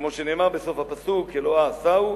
כמו שנאמר בסוף הפסוק "אלוה עשהו",